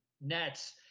Nets